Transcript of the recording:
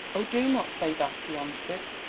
oh, do not say that, he answered,